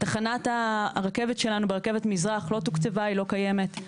תחנת הרכבת שלנו ברכבת מזרח לא תוקצבה היא לא קיימת,